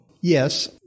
Yes